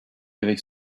avec